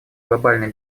глобальной